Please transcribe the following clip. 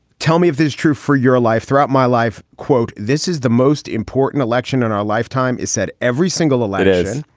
tell me if this is true for your life. throughout my life, quote, this is the most important election in our lifetime, is said every single elected.